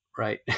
Right